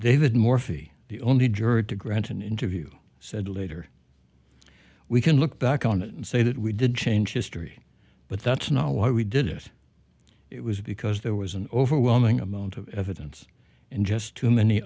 david morphy the only jerde to grant an interview said later we can look back on it and say that we did change history but that's not why we did it it was because there was an overwhelming amount of evidence and just too many